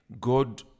God